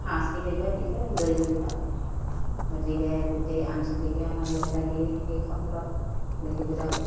সংস্কৃতিকৰ বিশেষ ডলি ডলি পাতে গতিকে গোটেই আঞ্চলিকে আমাৰ লগলাগি সেই সত্ৰত লক্ষী পূজা উৎ